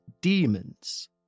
demons